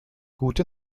gute